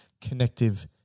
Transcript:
connective